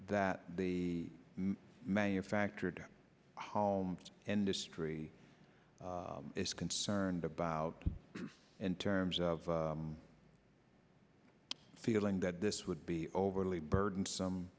that the manufactured home industry is concerned about in terms of feeling that this would be overly burdensome